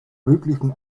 möglichen